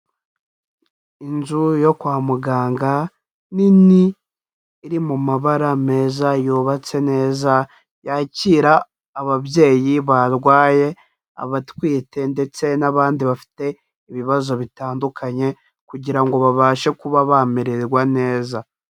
Inzu yo kwa muganga nini iri mu mabara meza yubatse neza yakira ababyeyi barwaye, abatwite ndetse n'abandi bafite ibibazo bitandukanye kugira ngo babashe kuba bamererwa neza.